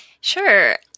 Sure